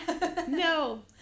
No